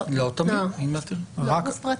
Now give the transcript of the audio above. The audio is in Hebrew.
לא, הוא גוף פרטי.